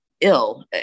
ill